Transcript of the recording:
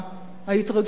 ההתרגשות,